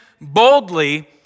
boldly